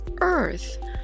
earth